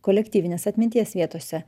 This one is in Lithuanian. kolektyvinės atminties vietose